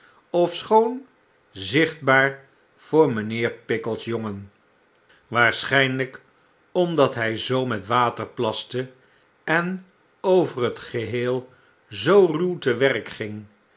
ofschoon zichtbaar voor mijnheer pickles jongen waarschynlijk omdat hy zoo met water plaste en over het geheel zoo raw te werk ging